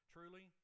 Truly